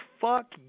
fuck